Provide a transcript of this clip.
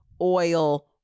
oil